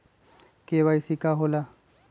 KYC का होला?